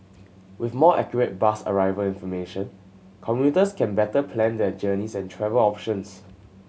with more accurate bus arrival information commuters can better plan their journeys and travel options